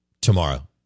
tomorrow